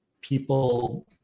People